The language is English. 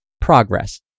Progress